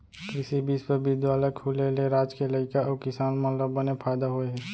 कृसि बिस्वबिद्यालय खुले ले राज के लइका अउ किसान मन ल बने फायदा होय हे